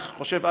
אני חושב,